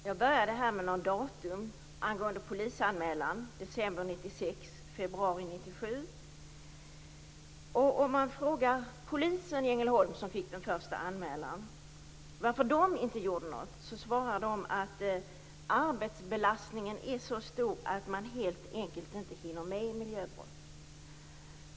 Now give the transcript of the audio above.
Herr talman! Jag började med att räkna upp några datum angående polisanmälan: december 1996, februari 1997. Om man frågar polisen i Ängelholm, som fick den första anmälan, varför de inte gjorde något svarar de att arbetsbelastningen är så stor att man helt enkelt inte hinner med miljöbrott.